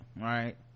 right